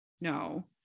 no